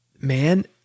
man